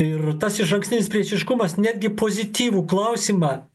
ir tas išankstinis priešiškumas netgi pozityvų klausimą